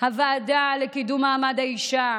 הוועדה לקידום מעמד האישה.